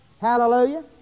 Hallelujah